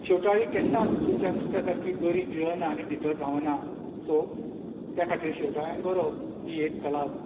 शेवटाळी केन्नाच दुसऱ्या नुसत्या सरकी गरी गिळाना आनी भितर धांवना सो त्या खातीर शेवटाळ्यांक गरोवप ही एक कलाच